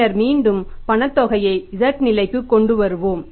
பின்னர் மீண்டும் பணத் தொகையை z நிலைக்கு கொண்டு வருவோம்